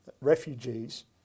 refugees